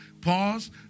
Pause